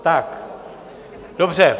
Tak dobře.